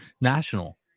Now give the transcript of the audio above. national